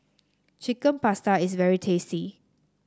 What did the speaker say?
Chicken Pasta is very tasty